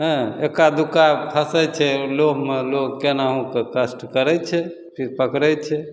हँ एक्का दुक्का फसै छै लोभमे लोक कोनाहुके कष्ट करै छै फेर पकड़ै छै